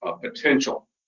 potential